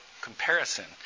comparison